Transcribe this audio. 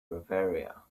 bavaria